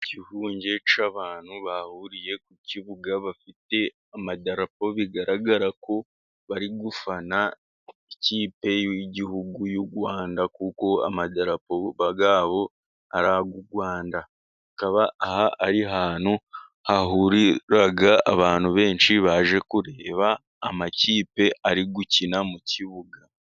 Ikivunge cy'abantu bahuriye ku kibuga, bafite amadarapo bigaragara ko bari gufana ikipe y'igihugu y'u Rwanda, kuko amadarapo yabo ari ay' u Rwanda, akaba aha, ari ahantu hahurira abantu benshi, baje kureba amakipe ari gukina mu kibuga.